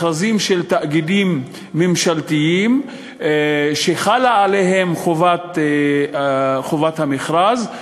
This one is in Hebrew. מכרזים של תאגידים ממשלתיים שחל עליהם חוק חובת המכרזים,